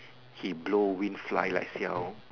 he blow wind fly like siao